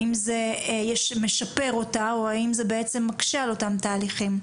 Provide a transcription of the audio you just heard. האם זה משפר אותם או האם זה בעצם מקשה על אותם תהליכים.